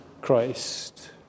Christ